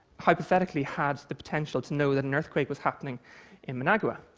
hypothetically, had the potential to know that an earthquake was happening in managua.